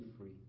free